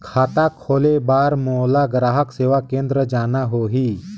खाता खोले बार मोला ग्राहक सेवा केंद्र जाना होही?